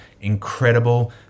incredible